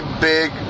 big